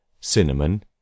cinnamon